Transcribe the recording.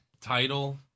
title